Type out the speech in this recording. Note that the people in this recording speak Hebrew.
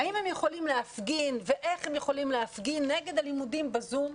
האם הם יכולים להפגין ואיך הם יכולים להפגין נגד הלימודים ב-זום.